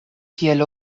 kiel